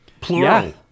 plural